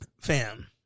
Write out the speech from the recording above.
Fam